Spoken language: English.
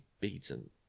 beaten